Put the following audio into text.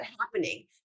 happening